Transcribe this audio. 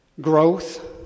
growth